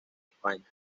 españa